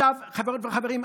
חברות וחברים,